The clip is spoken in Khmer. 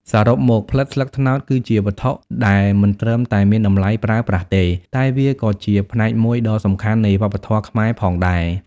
សរុបមក ផ្លិតស្លឹកត្នោតគឺជាវត្ថុដែលមិនត្រឹមតែមានតម្លៃប្រើប្រាស់ទេ តែវាក៏ជាផ្នែកមួយដ៏សំខាន់នៃវប្បធម៌ខ្មែរផងដែរ។